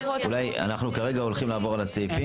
אנחנו כרגע הולכים לעבור על הסעיפים.